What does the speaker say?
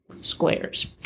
squares